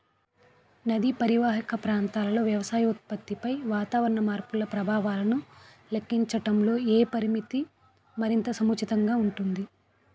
నదీ పరీవాహక ప్రాంతంలో వ్యవసాయ ఉత్పత్తిపై వాతావరణ మార్పుల ప్రభావాలను లెక్కించడంలో ఏ పరామితి మరింత సముచితంగా ఉంటుంది?